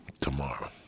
Tomorrow